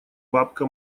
бабка